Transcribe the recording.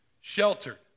Sheltered